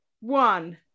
one